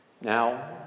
Now